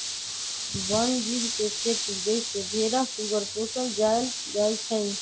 वन जीव के खेती जइसे भेरा सूगर पोशल जायल जाइ छइ